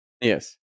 Yes